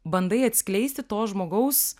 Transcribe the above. bandai atskleisti to žmogaus